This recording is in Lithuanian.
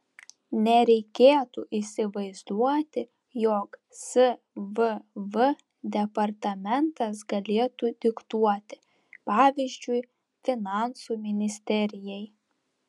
nereikėtų įsivaizduoti jog svv departamentas galėtų diktuoti pavyzdžiui finansų ministerijai